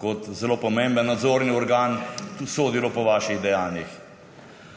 kot zelo pomemben nadzorni organ tudi sodilo po vaših dejanjih.